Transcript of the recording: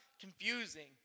confusing